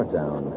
down